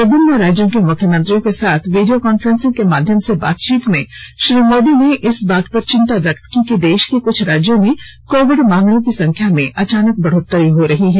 विभिन्न राज्यों के मुख्यमंत्रियों के साथ वीडियो कांफ्रेंसिंग के माध्यम से बातचीत में श्री मोदी ने इस बात पर चिंता व्यक्त की कि देश के कुछ राज्यों में कोविड मामलों की संख्या में अचानक बढ़ोतरी हो रही है